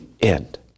end